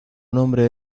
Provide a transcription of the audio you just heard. nombre